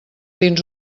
dins